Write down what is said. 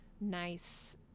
nice